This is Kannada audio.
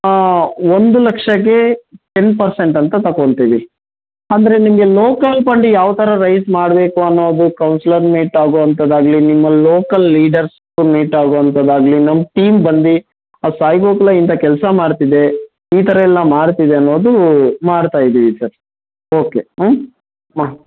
ಆಂ ಒಂದು ಲಕ್ಷಕ್ಕೆ ಟೆನ್ ಪರ್ಸೆಂಟ್ ಅಂತ ತಗೊಂತಿವಿ ಅಂದರೆ ನಿಮಗೆ ಲೋಕಲ್ ಫಂಡು ಯಾವ ಥರ ರೈಸ್ ಮಾಡಬೇಕು ಅನ್ನೋದು ಕೌನ್ಸ್ಲರ್ ಮೀಟ್ ಆಗೋ ಅಂಥದ್ದಾಗ್ಲಿ ನಿಮ್ಮ ಲೋಕಲ್ ಲೀಡರ್ಸು ಮೀಟ್ ಆಗೋ ಅಂಥದ್ದಾಗ್ಲಿ ನಮ್ಮ ಟೀಮ್ ಬಂದು ಸಾಯಿ ಗೋಕುಲ ಇಂಥ ಕೆಲಸ ಮಾಡ್ತಿದೆ ಈ ಥರ ಎಲ್ಲ ಮಾಡ್ತಿದೆ ಅನ್ನೋದೂ ಮಾಡ್ತಾಯಿದ್ದೀವಿ ಸರ್ ಓಕೆ ಹಾಂ